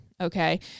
okay